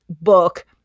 book